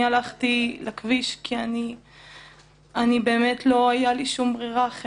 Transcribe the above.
אני הלכתי לכביש כי לא הייתה לי שום ברירה אחרת